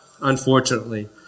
unfortunately